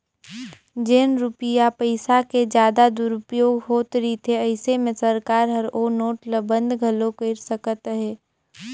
जेन रूपिया पइसा के जादा दुरूपयोग होत रिथे अइसे में सरकार हर ओ नोट ल बंद घलो कइर सकत अहे